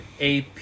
AP